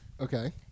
Okay